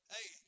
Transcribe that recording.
Hey